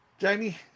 jamie